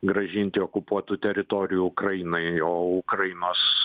grąžinti okupuotų teritorijų ukrainai o ukrainos